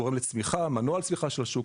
גורם למנוע הצמיחה של השוק.